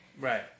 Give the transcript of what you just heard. Right